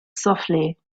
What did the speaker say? softly